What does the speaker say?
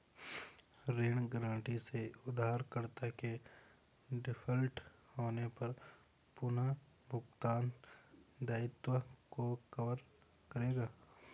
ऋण गारंटी से उधारकर्ता के डिफ़ॉल्ट होने पर पुनर्भुगतान दायित्वों को कवर करेगा